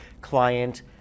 client